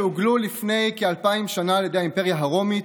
שהוגלו לפני כאלפיים שנה על ידי האימפריה הרומית,